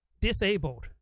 disabled